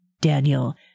Daniel